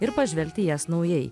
ir pažvelgti į jas naujai